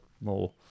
more